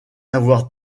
avoir